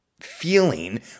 feeling